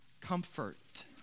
Comfort